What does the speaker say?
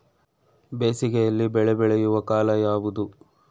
ಬೇಸಿಗೆ ಯಲ್ಲಿ ಬೆಳೆ ಬೆಳೆಯುವ ಕಾಲ ಯಾವುದು?